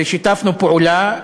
ושיתפנו פעולה.